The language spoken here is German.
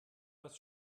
was